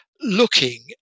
looking